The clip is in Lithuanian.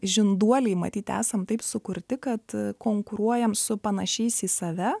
žinduoliai matyt esam taip sukurti kad konkuruojam su panašiais į save